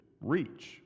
reach